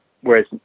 Whereas